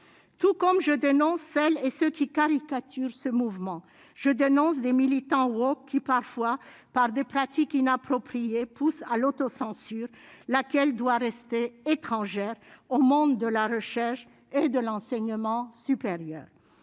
tout comme je dénonce celles et ceux qui caricaturent ce mouvement, je dénonce des militants Walk, qui parfois par des pratiques inappropriées poussent à l'autocensure, laquelle doit rester étrangère au monde de la recherche et de l'enseignement supérieur,